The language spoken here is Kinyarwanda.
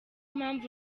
mpamvu